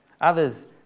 Others